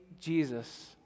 Jesus